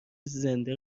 زنده